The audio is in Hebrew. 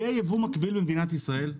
יהיה ייבוא מקביל למדינת ישראל.